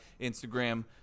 Instagram